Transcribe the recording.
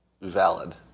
valid